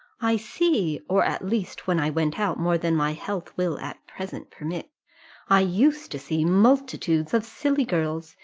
i see or at least when i went out more than my health will at present permit i used to see multitudes of silly girls,